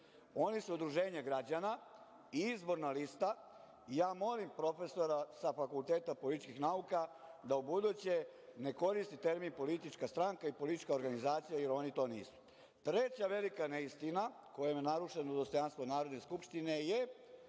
Oni su udruženje građana, izborna lista. Molim profesora sa Fakulteta političkih nauka da ubuduće ne koristi termin politička stranka i politička organizacija, jer oni to nisu. Treća velika neistina kojom je narušeno dostojanstvo Narodne skupštine je